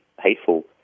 hateful